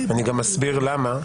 אני גם אסביר למה.